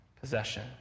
possession